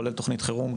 כולל תכנית חירום,